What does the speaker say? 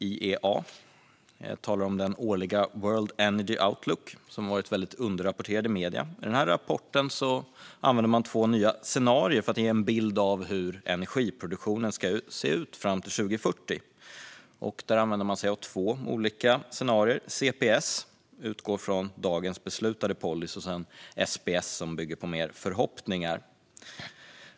Jag talar om den årliga World Energy Outlook , som tyvärr varit väldigt underrapporterad i medierna. I den här rapporten använder man två nya scenarier för att ge en bild av hur energiproduktionen ska se ut fram till 2040: CPS, som utgår från dagens beslutade policyer, och SPS, som mer bygger på förhoppningar.